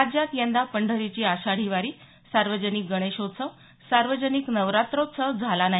राज्यात यंदा पंढरीची आषाढी वारी सार्वजनिक गणेशोत्सव सार्वजनिक नवरात्रोत्सव झाला नाही